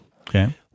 Okay